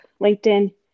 LinkedIn